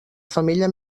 femella